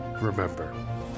remember